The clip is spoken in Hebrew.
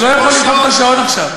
הוא לא יכול למחוק את השעון עכשיו.